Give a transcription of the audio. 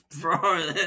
Bro